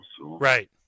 Right